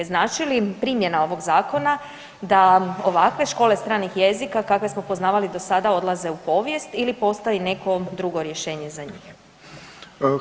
Znači li primjena ovog zakona da ovakve škole stranih jezika kakve smo poznavali do sada odlaze u povijest ili postoji neko drugo rješenje za njih?